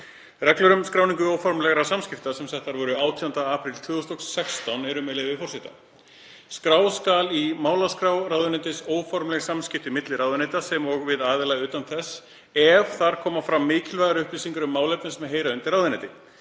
Reglur um skráningu óformlegra samskipta sem settar voru 18. apríl 2016 eru, með leyfi forseta: „Skrá skal í málaskrá ráðuneytis óformleg samskipti milli ráðuneyta sem og við aðila utan þess ef þar koma fram mikilvægar upplýsingar um málefni sem heyra undir ráðuneyti.